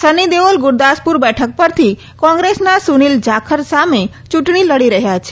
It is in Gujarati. સની દેઓલ ગુરદાસપુર બેઠક પરથી કોંગ્રેસના સુનીલ થપ્પડ સામે ચૂંટણી લડી રહ્યા છે